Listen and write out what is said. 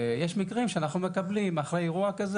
יש מקרים שאנחנו מקבלים אחרי אירוע כזה